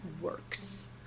works